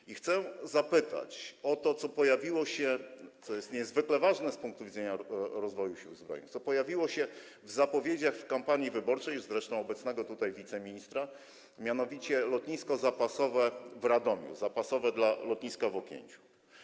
I chcę zapytać o to, co pojawiło się, a co jest niezwykle ważne z punktu widzenia rozwoju Sił Zbrojnych, w zapowiedziach w kampanii wyborczej, zresztą obecnego tutaj, wiceministra, mianowicie o lotnisko zapasowe w Radomiu, zapasowe dla lotniska Okęcie.